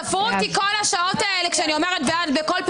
ספרו אותי כל השעות האלה כשאני אומרת בעד בקול,